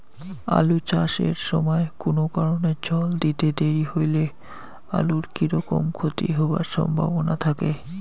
আলু চাষ এর সময় কুনো কারণে জল দিতে দেরি হইলে আলুর কি রকম ক্ষতি হবার সম্ভবনা থাকে?